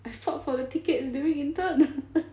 I fought for the tickets during intern